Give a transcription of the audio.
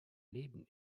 leben